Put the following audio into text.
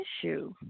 issue